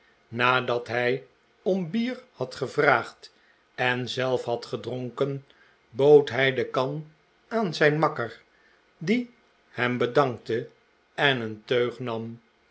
nadat hij om bier had gevraagd en zelf had gedronken bood hij de kan aan zijn makker die hem bedankte en een teug nam